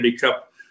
Cup